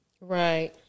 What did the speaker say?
Right